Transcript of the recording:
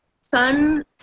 sun